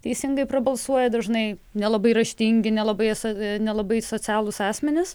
teisingai prabalsuoja dažnai nelabai raštingi nelabai esą nelabai socialūs asmenys